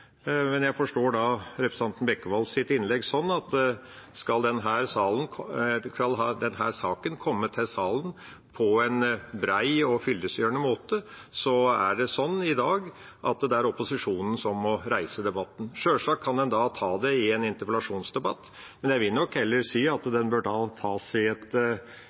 Men jeg forstår representanten Bekkevolds innlegg slik at skal denne saken komme til behandling på en brei og fyllestgjørende måte, er det i dag sånn at det er opposisjonen som må reise debatten. Sjølsagt kan en da ta det i en interpellasjonsdebatt, men jeg vil nok heller si at den bør tas i